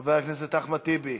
חבר הכנסת אחמד טיבי.